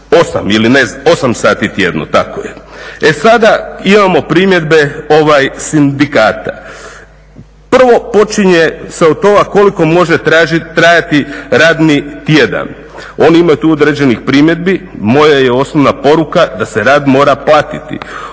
osam sati tjedno, tako je. E sada imamo primjedbe sindikata. Prvo počinje se od toga koliko može trajati radni tjedan. Oni imaju tu određenih primjedbi. Moja je osnovna poruka da se rad mora platiti.